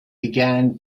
began